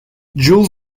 jules